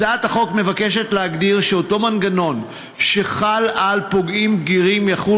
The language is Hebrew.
הצעת החוק מבקשת להגדיר שאותו מנגנון שחל על פוגעים בגירים יחול